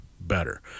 better